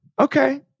Okay